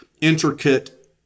intricate